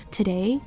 Today